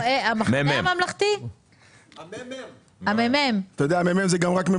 אז יכול להיות שהפער שנוצר